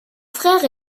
frère